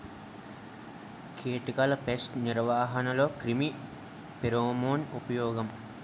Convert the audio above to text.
కీటకాల పేస్ట్ నిర్వహణలో క్రిమి ఫెరోమోన్ ఉపయోగం